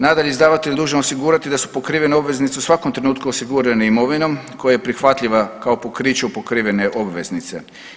Nadalje, izdavatelj je dužan osigurati da su pokrivene obveznice u svakom trenutku osigurane imovinom koja je prihvatljiva kao pokriće u pokrivene obveznice.